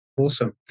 Awesome